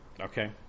Okay